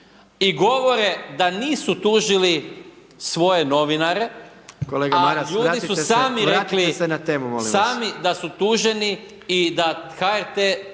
I govore da nisu tužili svoje novinare, a ljudi su sami rekli …/Upadica